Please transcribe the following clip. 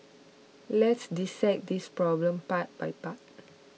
let's dissect this problem part by part